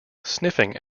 sniffing